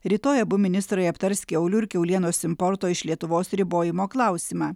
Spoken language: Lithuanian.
rytoj abu ministrai aptars kiaulių ir kiaulienos importo iš lietuvos ribojimo klausimą